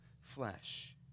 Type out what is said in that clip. flesh